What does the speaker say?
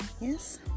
yes